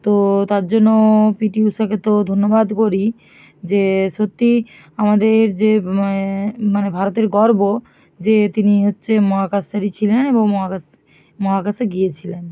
তো তার জন্য পিটি উষাকে তো ধন্যবাদ করি যে সত্যি আমাদের যে আমাদের যে মানে ভারতের গর্ব যে তিনি হচ্ছে মহাকাশচারী ছিলেন এবং মহাকাশ মহাকাশে গিয়েছিলেন